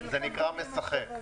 זה נקרא משחק.